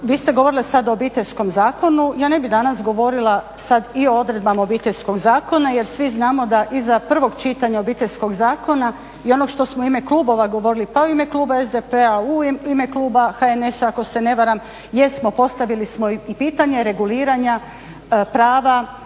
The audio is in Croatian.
Vi ste govorila sada o Obiteljskom zakonu ja ne bih danas govorila sada i o odredbama Obiteljskog zakona jer svi znamo da iza prvog čitanja Obiteljskog zakona i onog što smo u ime klubova govorili pa i u ime kluba SDP-a, u ime kluba HNS-a ako se ne varam, jesmo postavili smo i pitanje reguliranja prava